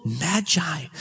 magi